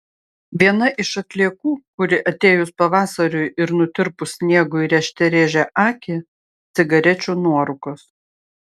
viena iš atliekų kuri atėjus pavasariui ir nutirpus sniegui rėžte rėžia akį cigarečių nuorūkos